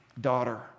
daughter